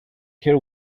her